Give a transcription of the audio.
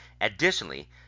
Additionally